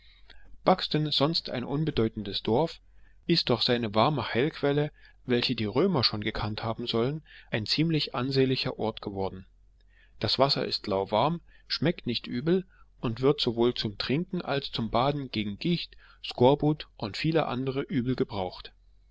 buxton sonst ein unbedeutendes dorf ist durch seine warme heilquelle welche die römer schon gekannt haben sollen ein ziemlich ansehnlicher ort geworden das wasser ist lauwarm schmeckt nicht übel und wird sowohl zum trinken als zum baden gegen gicht skorbut und viele andere übel gebraucht